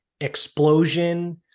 explosion